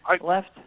left